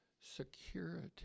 security